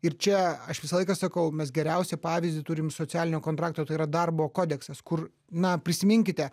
ir čia aš visą laiką sakau mes geriausią pavyzdį turim socialinio kontrakto tai yra darbo kodeksas kur na prisiminkite